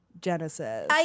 Genesis